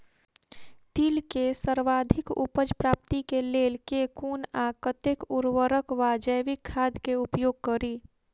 तिल केँ सर्वाधिक उपज प्राप्ति केँ लेल केँ कुन आ कतेक उर्वरक वा जैविक खाद केँ उपयोग करि?